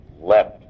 left